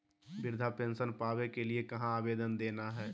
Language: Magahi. वृद्धा पेंसन पावे के लिए कहा आवेदन देना है?